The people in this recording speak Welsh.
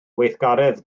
weithgaredd